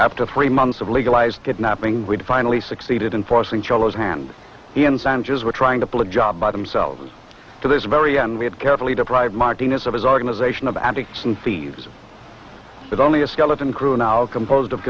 after three months of legalized kidnapping we finally succeeded in forcing cellos hand in sanchez were trying to pull it job by themselves to this very end we had carefully deprive martinez of his organization of addicts and thieves it only a skeleton crew now composed of